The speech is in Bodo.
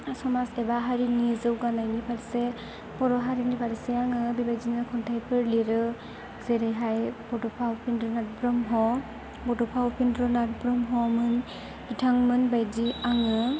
समाज एबा हारिनि जौगानायनि फार्से बर' हारिनि फार्से आङो बेबायदिनो खन्थाइफोर लिरो जेरैहाय बड'फा उफेन्द्र नाथ ब्रह्म बड'फा उफेन्द्र नाथ ब्रह्ममोन बिथांमोन बायदि आङो